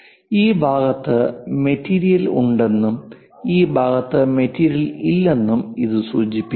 ഈ ഭാഗത്ത് മെറ്റീരിയൽ ഉണ്ടെന്നും ഈ ഭാഗത്ത് മെറ്റീരിയലില്ലെന്നും ഇത് സൂചിപ്പിക്കുന്നു